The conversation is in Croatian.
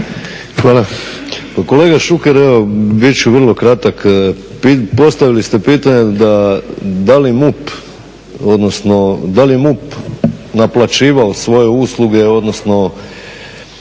Hvala. Pa kolega Šuker, evo bit ću vrlo kratak. Postavili ste pitanje da li je MUP naplaćivao svoje usluge, odnosno